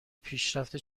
پیشرفت